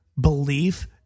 belief